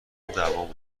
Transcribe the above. دعوامون